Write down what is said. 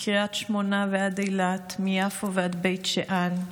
מקריית שמונה ועד אילת ומיפו ועד בית שאן.